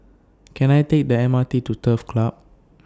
Can I Take The M R T to Turf Club